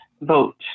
Vote